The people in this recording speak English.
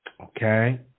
Okay